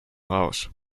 house